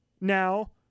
now